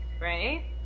right